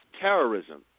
terrorism